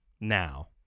now